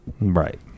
Right